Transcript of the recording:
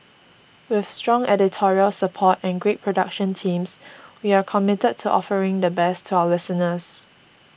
with strong editorial support and great production teams we are committed to offering the best to our listeners